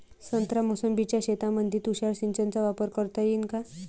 संत्रा मोसंबीच्या शेतामंदी तुषार सिंचनचा वापर करता येईन का?